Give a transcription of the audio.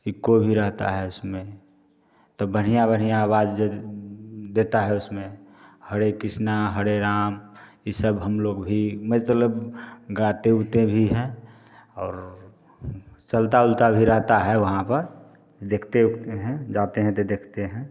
eco भी रहता है उसमें तो बढ़िया बढ़िया अवाज जो देता है उसमें हरे कृष्णा हरे राम ये सब हम लोग भी मजतलब गाते उते भी हैं और चलता उलता भी रहता है वहाँ पर देखते उखते हैं जाते हैं ते देखते हैं